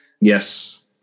Yes